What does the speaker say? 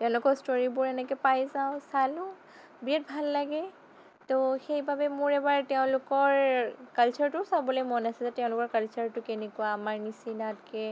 তেওঁলোকৰ ষ্ট'ৰিবোৰ এনেকে পাই যাওঁ চালো বিৰাট ভাল লাগে ত' সেইবাবে মোৰ এবাৰ তেওঁলোকৰ কালছাৰটোও চাবলৈ মন আছে তেওঁলোকৰ কালছাৰটো কেনেকুৱা আমাৰ নিচিনাতকৈ